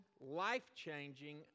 life-changing